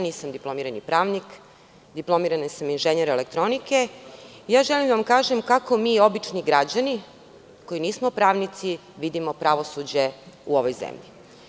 Nisam diplomirani pravnik, diplomirani sam inženjer elektronike i želim da vam kažem kako mi obični građani koji nismo pravnici vidimo pravosuđe u ovoj zemlji.